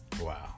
Wow